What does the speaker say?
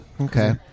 Okay